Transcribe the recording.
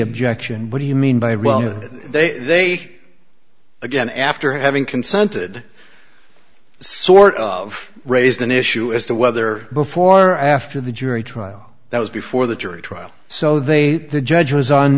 objection what do you mean by well they again after having consented sort of raised an issue as to whether before or after the jury trial that was before the jury trial so they the judge was on